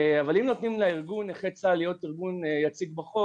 אבל אם נותנים לארגון נכי צה"ל להיות ארגון יציג בחוק,